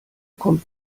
kommt